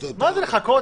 מה זה לחכות?